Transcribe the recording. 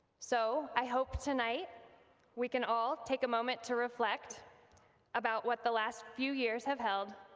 so i hope tonight we can all take a moment to reflect about what the last few years have held.